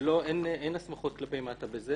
ואין הסמכות כלפי מטה בזה